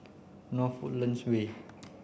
North Woodlands Way